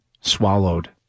swallowed